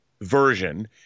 version